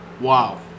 Wow